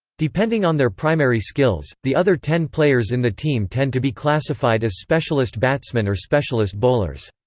depending on their primary skills, the other ten players in the team tend to be classified as specialist batsmen or specialist bowlers.